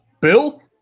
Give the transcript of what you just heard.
Bill